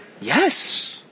yes